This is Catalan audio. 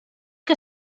que